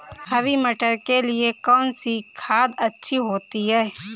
हरी मटर के लिए कौन सी खाद अच्छी होती है?